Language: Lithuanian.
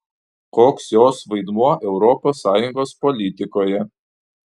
koks jos vaidmuo europos sąjungos politikoje